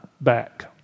back